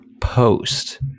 post